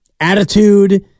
Attitude